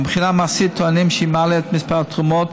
מבחינה מעשית טוענים שהיא מעלה את מספר התרומות.